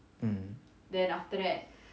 mm